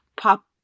Pop